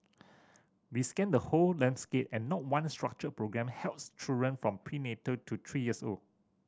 we scanned the whole landscape and not one structured programme helps children from prenatal to three years old